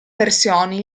versioni